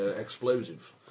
explosive